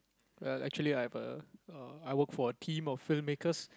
well actually I have a uh I work for a team of filmmakers